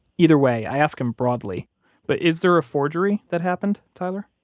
either way, i ask him broadly but is there a forgery that happened, tyler?